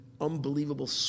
unbelievable